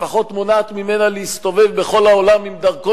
לפחות זה מונע ממנה להסתובב בכל העולם עם דרכון